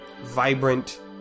vibrant